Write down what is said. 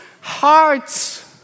hearts